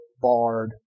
barred